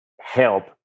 help